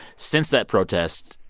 since that protest,